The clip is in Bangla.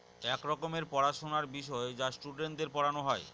এক রকমের পড়াশোনার বিষয় যা স্টুডেন্টদের পড়ানো হয়